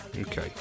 Okay